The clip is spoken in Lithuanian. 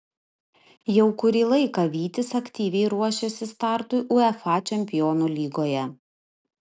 jau kurį laiką vytis aktyviai ruošiasi startui uefa čempionų lygoje